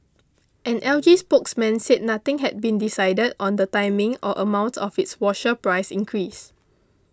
an L G spokesman said nothing had been decided on the timing or amount of its washer price increase